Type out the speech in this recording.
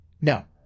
No